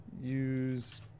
Use